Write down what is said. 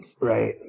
Right